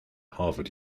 harvard